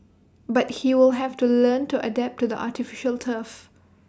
but he will have to learn to adapt to the artificial turf